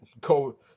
go